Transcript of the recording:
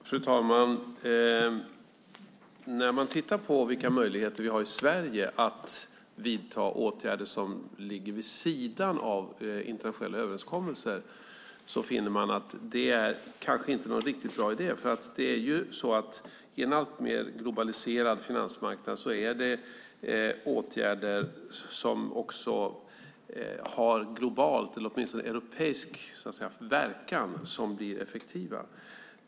Fru talman! När man tittar på vilka möjligheter vi har i Sverige att vidta åtgärder som ligger vid sidan av internationella överenskommelser finner man att det kanske inte är någon riktigt bra idé. I en alltmer globaliserad finansmarknad är det ju åtgärder som har global eller åtminstone europeisk verkan som blir effektiva.